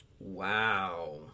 Wow